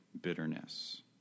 bitterness